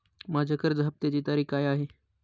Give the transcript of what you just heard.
माझ्या कर्ज हफ्त्याची तारीख काय आहे?